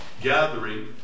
gathering